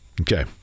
okay